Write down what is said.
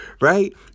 right